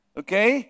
okay